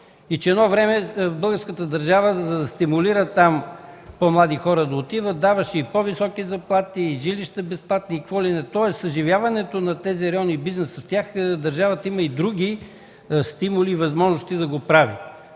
Едно време българската държава, за да стимулира по-млади хора да ходят там, даваше и по-високи заплати, и безплатни жилища, и какво ли не. Тоест за съживяването на тези райони и бизнеса в тях, държавата има и други стимули и възможности да го прави.